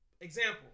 example